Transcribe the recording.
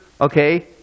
Okay